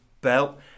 belt